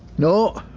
no.